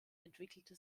entwickelte